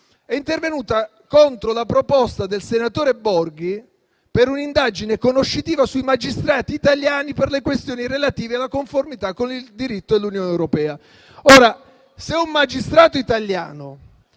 Commissione - contro la proposta del senatore Borghi per un'indagine conoscitiva sui magistrati italiani per le questioni relative alla conformità con il diritto dell'Unione europea. Ora, se un magistrato italiano,